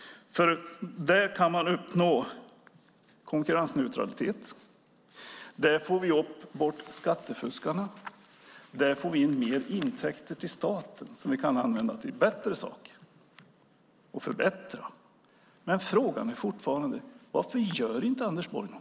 Där kan man uppnå konkurrensneutralitet. Vi får bort skattefuskarna. Vi får in mer intäkter till staten som vi kan använda till bättre saker. Varför gör inte Anders Borg något?